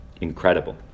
Incredible